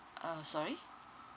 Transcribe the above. uh sorry